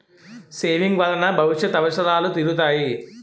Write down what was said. saving వలన భవిష్యత్ అవసరాలు తీరుతాయి